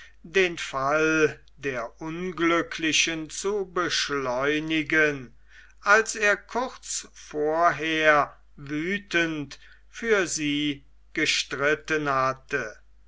den fall der unglücklichen zu beschleunigen als er kurz vorher wüthend für sie gestritten hatte